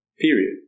period